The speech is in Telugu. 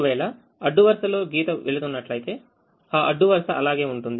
ఒకవేళ అడ్డు వరుసలో గీత వెళుతున్నట్లయితే ఆ అడ్డు వరుస అలాగే ఉంటుంది